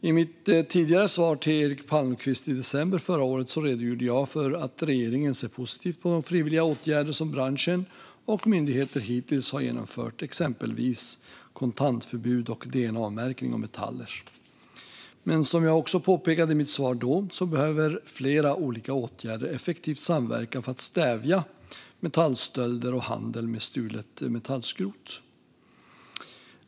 I mitt tidigare svar till Eric Palmqvist i december förra året redogjorde jag för att regeringen ser positivt på de frivilliga åtgärder som branschen och myndigheter hittills har genomfört, exempelvis kontantförbud och dna-märkning av metaller. Men som jag också påpekade i mitt svar då behöver flera olika åtgärder effektivt samverka för att stävja metallstölder och handel med stulet metallskrot.